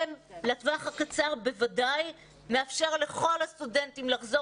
ולטווח הקצר בוודאי מאפשר לכל הסטודנטים לחזור